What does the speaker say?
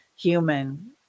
human